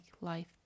life